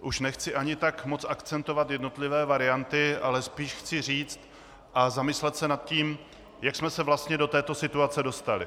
Už nechci ani tak moc akcentovat jednotlivé varianty, ale spíš chci říct a zamyslet se nad tím, jak jsme se vlastně do této situace dostali.